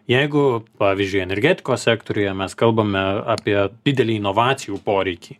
jeigu pavyzdžiui energetikos sektoriuje mes kalbame apie didelį inovacijų poreikį